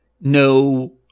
no